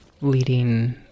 leading